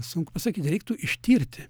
sunku pasakyt reiktų ištirti